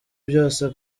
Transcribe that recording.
byose